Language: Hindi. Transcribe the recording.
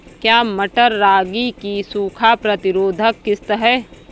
क्या मटर रागी की सूखा प्रतिरोध किश्त है?